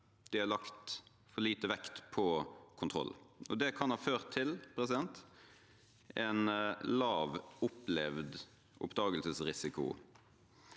de har lagt for lite vekt på kontroll. Det kan ha ført til en lav opplevd oppdagelsesrisiko.